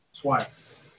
twice